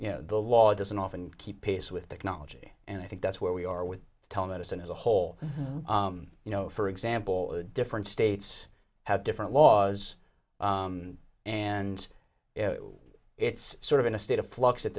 you know the law doesn't often keep pace with technology and i think that's where we are with telemedicine as a whole you know for example a different states have different laws and it's sort of in a state of flux at